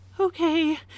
Okay